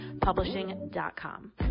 publishing.com